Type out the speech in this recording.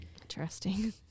Interesting